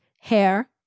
hair